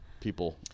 people